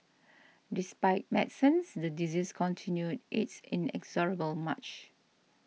despite medicines the disease continued its inexorable march